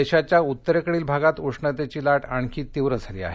देशाच्या उत्तरेकडील भागात उष्णतेची लाट आणखी तीव्र झाली आहे